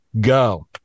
go